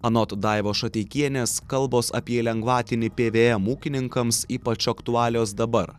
anot daivos šateikienės kalbos apie lengvatinį pvm ūkininkams ypač aktualios dabar